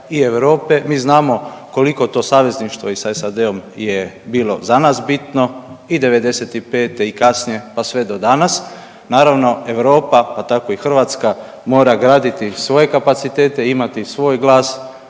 i Europe. Mi znamo koliko to savezništvo i sa SAD-om je bilo za nas bitno i '95. i kasnije pa sve do danas. Naravno Europa pa tako i Hrvatska mora graditi svoje kapacitete, imati svoj glas,